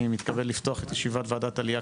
אני מתכבד לפתוח את ישיבת וועדת עלייה,